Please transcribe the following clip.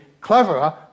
cleverer